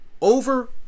over